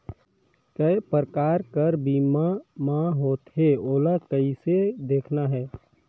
काय प्रकार कर बीमा मा होथे? ओला कइसे देखना है?